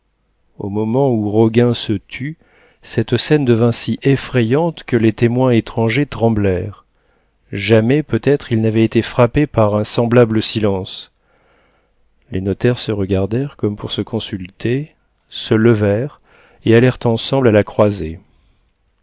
au moment où roguin se tut cette scène devint si effrayante que les témoins étrangers tremblèrent jamais peut-être ils n'avaient été frappés par un semblable silence les notaires se regardèrent comme pour se consulter se levèrent et allèrent ensemble à la croisée